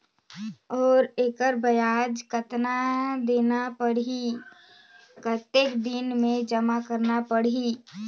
और एकर ब्याज कतना देना परही कतेक दिन मे जमा करना परही??